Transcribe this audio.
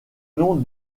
nom